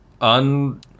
un